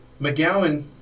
McGowan